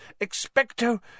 Expecto